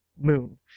moon